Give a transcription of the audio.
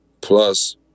plus